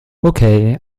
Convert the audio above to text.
okay